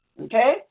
okay